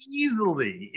easily